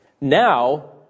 Now